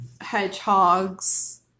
hedgehogs